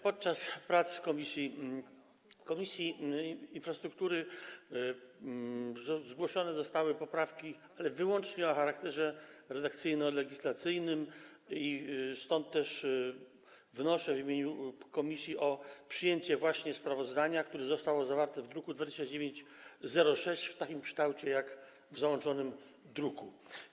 Podczas prac Komisji Infrastruktury zgłoszone zostały poprawki wyłącznie o charakterze redakcyjno-legislacyjnym, dlatego też wnoszę w imieniu komisji o przyjęcie sprawozdania, które zostało zawarte w druku 2906, w takim kształcie jak w załączonym druku.